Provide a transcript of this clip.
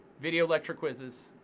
video lecture quizzes,